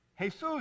Jesus